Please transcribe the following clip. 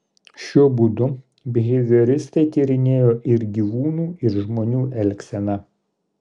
šiuo būdu bihevioristai tyrinėjo ir gyvūnų ir žmonių elgseną